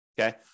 okay